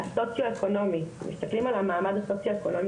הסוציואקונומי מסתכלים על המעמד הסוציואקונומי